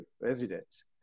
residents